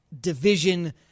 division